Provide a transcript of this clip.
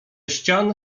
ścian